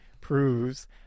proves